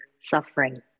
suffering